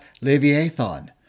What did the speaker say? Leviathan